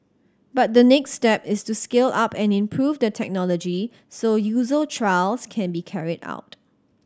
but the next step is to scale up and improve the technology so user trials can be carried out